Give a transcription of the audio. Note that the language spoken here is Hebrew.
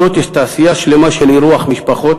בשבתות יש תעשייה שלמה של אירוח משפחות